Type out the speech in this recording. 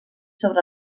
sobre